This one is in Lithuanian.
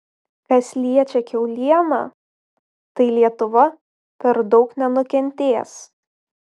kas liečia kiaulieną tai lietuva per daug nenukentės